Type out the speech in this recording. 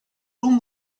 room